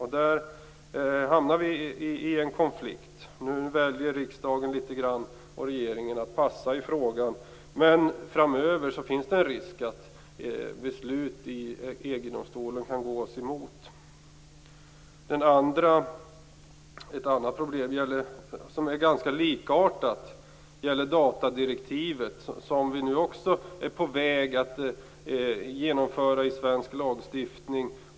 Här hamnar vi i en konflikt. Nu väljer riksdagen och regeringen att passa litet grand i frågan. Men framöver finns det en risk för att beslut i EG-domstolen kan gå oss emot. Ett annat problem som är ganska likartat gäller datadirektivet, som vi nu är på väg att genomföra i svensk lagstiftning.